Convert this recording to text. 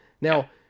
Now